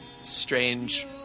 strange